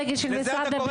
לזה אתה קורא